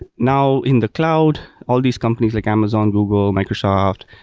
and now, in the cloud, all these companies like amazon, google, microsoft,